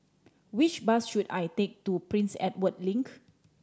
which bus should I take to Prince Edward Link